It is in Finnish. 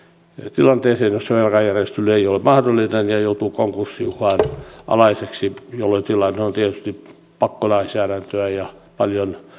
tilanteeseen jossa velkajärjestely ei ole mahdollinen ja joutuu konkurssiuhan alaiseksi jolloin tilanne on tietysti pakkolainsäädäntöä ja asiakas on paljon